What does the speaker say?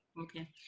Okay